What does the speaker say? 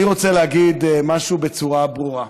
אני רוצה להגיד משהו בצורה ברורה: